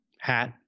hat